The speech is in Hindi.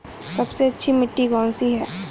सबसे अच्छी मिट्टी कौन सी है?